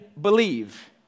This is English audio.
believe